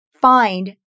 find